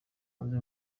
hanze